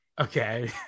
Okay